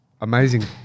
Amazing